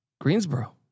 Greensboro